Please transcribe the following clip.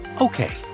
Okay